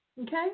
okay